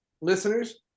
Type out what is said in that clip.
listeners